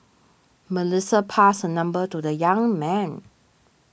Melissa passed her number to the young man